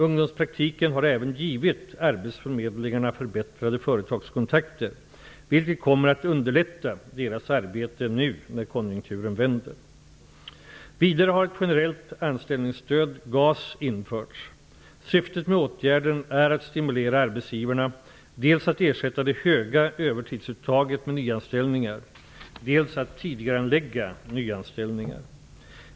Ungdomspraktiken har även givit arbetsförmedlingarna förbättrade företagskontakter, vilket kommer att underlätta deras arbete nu när konjunkturen vänder. Vidare har ett generellt anställningsstöd, GAS, införts. Syftet med åtgärden är att stimulera arbetsgivarna dels att ersätta det höga övertidsuttaget med nyanställningar, dels att tidigarelägga nyanställningar.